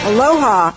Aloha